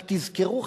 רק תזכרו,